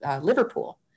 Liverpool